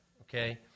Okay